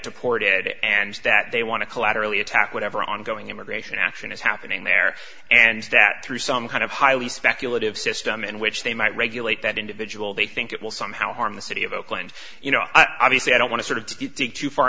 deported and that they want to collaterally attack whatever ongoing immigration action is happening there and step through some kind of highly speculative system in which they might regulate that individual they think it will somehow harm the city of oakland you know i just i don't want to sort of to dig too far